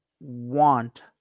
want